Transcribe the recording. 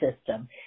system